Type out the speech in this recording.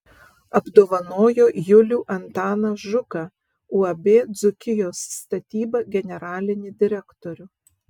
apdovanojo julių antaną žuką uab dzūkijos statyba generalinį direktorių